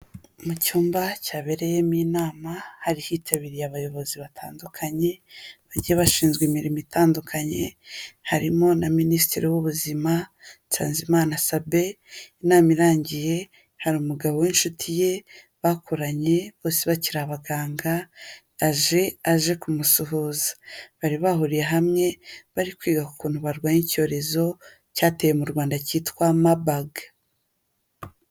Mu cyumba cyabereyemo inama; hari hitabiriye abayobozi batandukanye, bagiye bashinzwe imirimo itandukanye, harimo na minisitiri w'ubuzima Nsannzimana Sabin. Inama irangiye hari umugabo w'inshuti ye bakoranye bose bakiri abaganga aje aje kumusuhuza, bari bahuriye hamwe bari kwiga kuntu barwanya icyorezo cyateye mu Rwanda cyitwa mabaga.